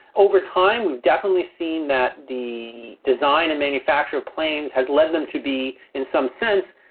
over time we've definitely seen that the design and manufacture of planes has led them to be, in some sense,